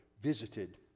visited